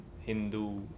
Hindu